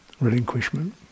Relinquishment